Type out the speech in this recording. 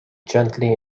gently